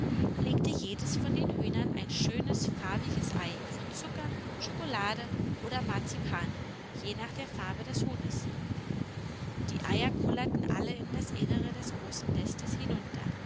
legte jedes von den hühnern ein schönes farbiges ei von zucker schokolade oder marzipan je nach der farbe des huhnes die eier kullerten alle in das innere des großen nestes hinunter